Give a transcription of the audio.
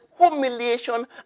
humiliation